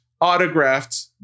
autographed